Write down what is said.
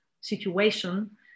situation